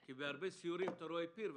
כי בהרבה סיורים אתה רואה פיר,